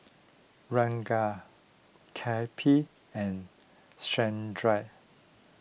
Ranga Kapil and Chandra